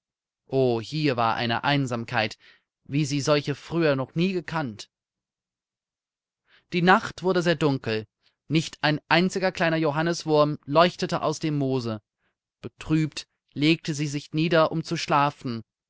o hier war eine einsamkeit wie sie solche früher noch nie gekannt die nacht wurde sehr dunkel nicht ein einziger kleiner johanniswurm leuchtete aus dem moose betrübt legte sie sich nieder um zu schlafen